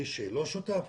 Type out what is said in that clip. מי שלא שותף.